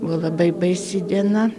buvo labai baisi diena